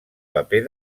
paper